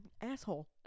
asshole